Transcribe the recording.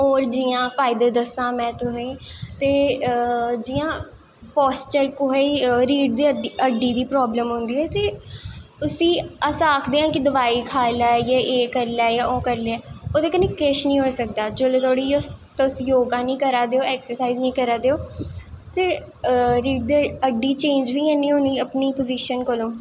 होर जियां फायदे दस्सां में तुसेंगी ते जियां पोआइस्चर कुसे गी रीढ़ दी हड्डी दी पीड़ होंदी ऐ ते उसी अस आखदे हां कि दवाई खाई लै जां एह् करी लै ओह् करी लै इस कन्नैं किश नी होई सकदा जिसलै तक तुस योगा नी कर दे ओ ऐक्सर्साईज़ नी करा दे ओ ते रीढ़ दी हड्डी चेंज़ नी होनीं अपनी पोज़िशन कोला दा